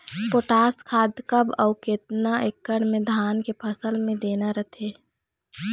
Potash खाद कब अऊ केतना एकड़ मे धान के फसल मे देना रथे?